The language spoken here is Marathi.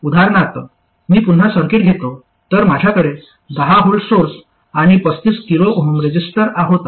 उदाहरणार्थ मी पुन्हा सर्किट घेतो तर माझ्याकडे 10V सोर्स आणि 35kΩ रेझिस्टर होता